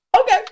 Okay